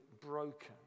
broken